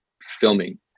filming